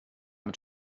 mit